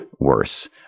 worse